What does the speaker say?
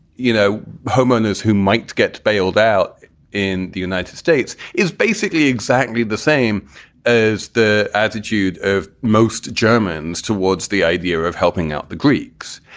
you know, homeowners who might get bailed out in the united states is basically exactly the same as the attitude of most germans towards the idea of helping out the greeks.